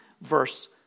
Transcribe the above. verse